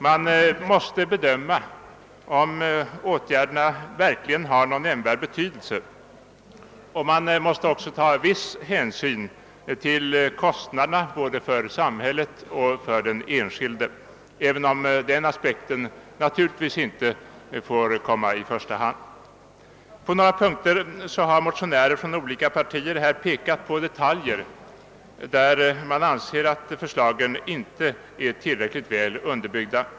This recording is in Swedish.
Man måste bedöma om åtgärderna verkligen har någon nämnvärd betydelse, och man måste också ta viss hänsyn till kostnaderna både för samhället och för den enskilde, även om denna aspekt naturligtvis inte får komma i första hand. På några punkter har motionärer från olika partier pekat på detaljer i fråga om vilka man anser att förslagen inte är tillräckligt väl underbyggda.